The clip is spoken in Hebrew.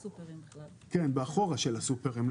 ב"אחורה" של הסופרים.